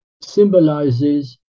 symbolizes